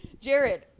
Jared